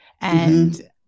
And-